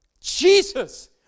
Jesus